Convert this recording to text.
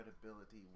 credibility